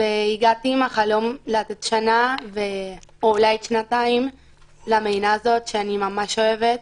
והגעתי עם החלום לעשות שנה או אולי שנתיים למדינה הזאת שאני ממש אוהבת